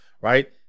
right